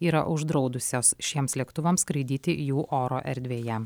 yra uždraudusios šiems lėktuvams skraidyti jų oro erdvėje